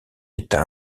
état